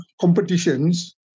competitions